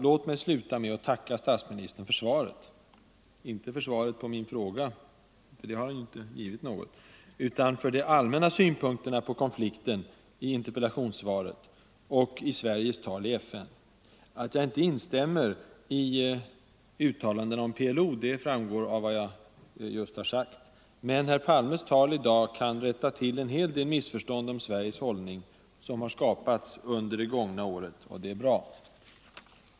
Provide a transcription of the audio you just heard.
Låt mig sluta med att tacka statsministern för svaret 159 - inte för svaret på min fråga, för det har han inte givit något, utan för de allmänna synpunkterna på konflikten i interpellationssvaret och i Sveriges tal i FN. Att jag inte instämmer i uttalandena om PLO framgår av vad jag just har sagt. Men herr Palmes tal i dag kan rätta till en hel del missförstånd om Sveriges hållning, som skapats under det gångna året. Det är bra!